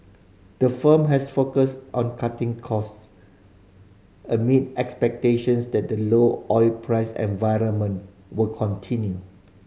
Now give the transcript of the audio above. the firm has focused on cutting costs amid expectations that the low oil price environment will continue